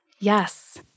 Yes